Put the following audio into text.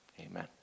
Amen